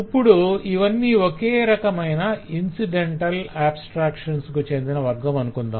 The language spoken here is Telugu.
ఇప్పుడు ఇవన్నీ ఒకే రకమైన ఇన్సిడెంటల్ ఆబ్స్ట్రాక్షన్స్ కు చెందిన వర్గం అనుకొందాం